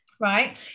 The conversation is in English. right